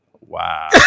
Wow